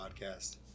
podcast